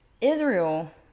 Israel